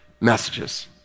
messages